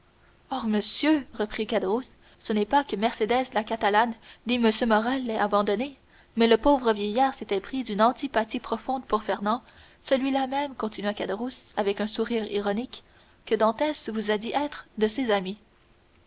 oh monsieur reprit caderousse ce n'est pas que mercédès la catalane ni m morrel l'aient abandonné mais le pauvre vieillard s'était pris d'une antipathie profonde pour fernand celui-là même continua caderousse avec un sourire ironique que dantès vous a dit être de ses amis